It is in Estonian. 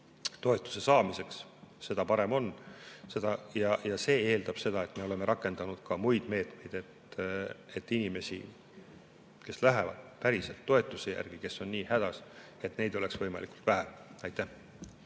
toetuse saamiseks, seda parem on. Ja see eeldab seda, et me oleme rakendanud ka muid meetmeid, et inimesi, kes lähevad päriselt toetuse järele, kes on nii hädas, oleks võimalikult vähe. Aitäh!